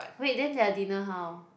wait then their dinner how